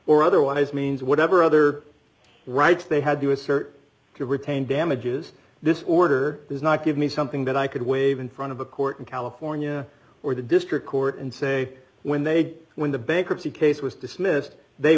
or otherwise means whatever other rights they had to assert to retain damages this order does not give me something that i could wave in front of a court in california or the district court and say when they when the bankruptcy case was dismissed they